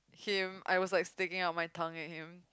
him I was like sticking out my thumb at him